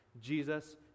Jesus